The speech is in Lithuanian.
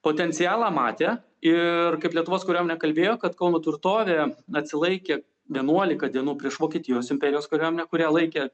potencialą matė ir kaip lietuvos kariuomenė kalbėjo kad kauno tvirtovė atsilaikė vienuolika dienų prieš vokietijos imperijos kariuomenę kurią laikė